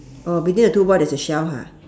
oh between the two boy there's a shell ha